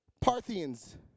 Parthians